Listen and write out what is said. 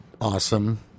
awesome